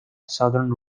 southern